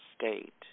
state